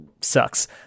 sucks